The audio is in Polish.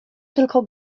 tylko